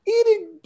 eating